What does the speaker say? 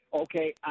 Okay